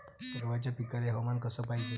गव्हाच्या पिकाले हवामान कस पायजे?